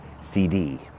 CD